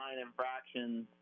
infractions